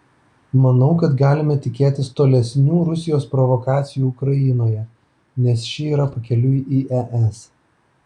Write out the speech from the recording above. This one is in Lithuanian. manau kad galime tikėtis tolesnių rusijos provokacijų ukrainoje nes ši yra pakeliui į es